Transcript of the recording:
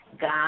God